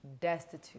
destitute